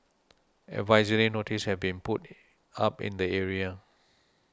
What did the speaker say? advisory notices have been put up in the area